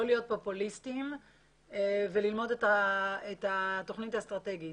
לא להיות פופוליסטיים וללמוד את התוכנית האסטרטגית